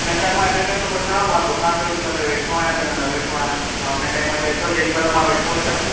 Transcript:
न छा मां इन करे थो पुछावं मां दुकान ते ओॾी महिल वेठो आहियां कि न न वेठो आहियां तव्हां उन टाइम ते अचो जॾहिं महिल मां वेठो हुजां